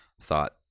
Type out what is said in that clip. thought